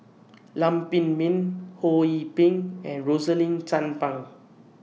Lam Pin Min Ho Yee Ping and Rosaline Chan Pang